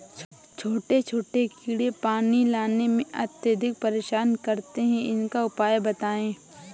छोटे छोटे कीड़े पानी लगाने में अत्याधिक परेशान करते हैं इनका उपाय बताएं?